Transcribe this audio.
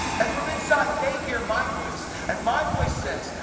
and from inside, they hear my voice, and my voice says,